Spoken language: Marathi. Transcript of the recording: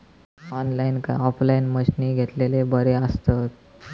ऑनलाईन काय ऑफलाईन मशीनी घेतलेले बरे आसतात?